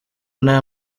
n’aya